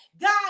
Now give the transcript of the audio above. god